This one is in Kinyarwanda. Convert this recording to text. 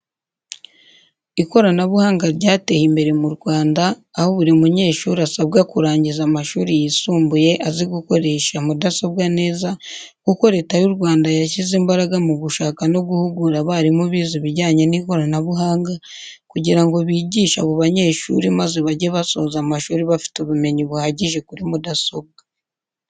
Ikoranabuhanga ryateye imbere mu Rwanda aho buri munyeshurri asabwa kurangiza amashuri yisumbuye azi gukoresha mudasobwa neza kuko Leta y'u Rwanda yashyize imbaraga mu gushaka no guhugura abarimu bize ibjyanye n'ikoranabuhanga kugira ngo bigishe abo banyeshuri maze bajye basoza amashuri bafite ubumenyi buhagije kuri mudasobwa.